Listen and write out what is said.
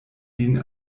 lin